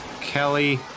Kelly